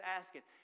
asking